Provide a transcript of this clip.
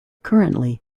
currently